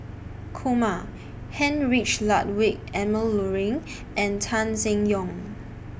Kumar Heinrich Ludwig Emil Luering and Tan Seng Yong